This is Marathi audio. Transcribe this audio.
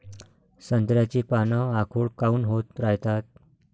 संत्र्याची पान आखूड काऊन होत रायतात?